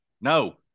No